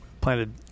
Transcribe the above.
planted